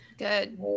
good